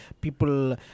people